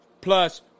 plus